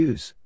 Use